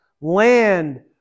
land